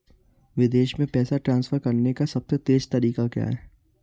विदेश में पैसा ट्रांसफर करने का सबसे तेज़ तरीका क्या है?